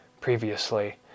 previously